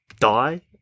die